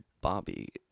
bobby